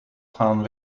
gaan